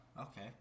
Okay